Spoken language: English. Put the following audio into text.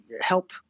help